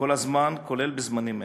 כל הזמן, כולל בזמנים אלה.